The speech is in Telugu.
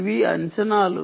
ఇవి అంచనాలు